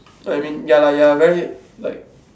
I mean ya lah ya lah very like